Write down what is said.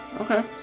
Okay